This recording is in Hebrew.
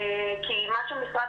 כי מה שמשרד